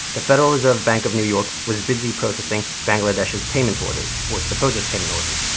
the federal reserve bank of new york was busy processing bangladesh's payment orders, or supposed payment orders.